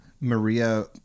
Maria